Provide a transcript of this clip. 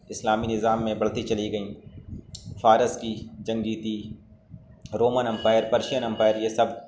اسلامی نظام میں بڑھتی چلی گئیں فارس کی جنگ جیتی رومن امپائر پرشین امپائر یہ سب